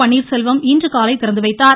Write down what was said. பன்னீர்செல்வம் இன்றுகாலை திறந்துவைத்தார்